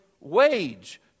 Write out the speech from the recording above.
wage